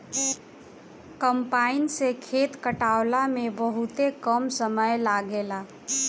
combine से खेत कटावला में बहुते कम समय लागेला